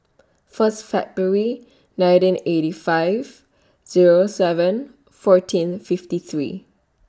First February nineteen eighty five Zero seven fourteen fifty three